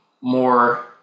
more